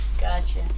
Gotcha